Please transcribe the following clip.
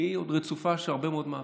עוד רצופה בהרבה מאוד מאבקים.